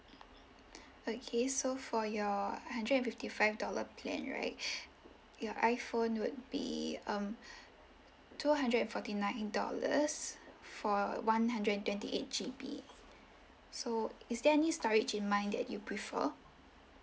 okay so for your hundred and fifty five dollar plan right your iphone would be um two hundred and forty nine dollars for one hundred and twenty eight G_B so is there any storage in mind that you prefer